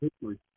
history